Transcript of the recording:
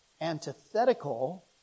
antithetical